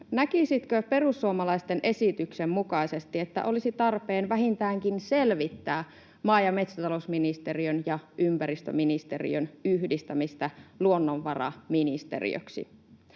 näkisitkö perussuomalaisten esityksen mukaisesti, että olisi tarpeen vähintäänkin selvittää maa- ja metsätalousministeriön ja ympäristöministeriön yhdistämistä luonnonvaraministeriöksi?